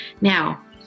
Now